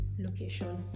location